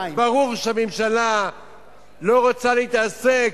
ברור שהממשלה לא רוצה להתעסק,